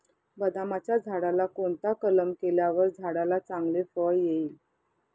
बदामाच्या झाडाला कोणता कलम केल्यावर झाडाला चांगले फळ येईल?